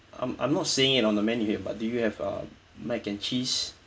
I'm I'm not seeing it on the menu here but do you have uh macaroni and cheese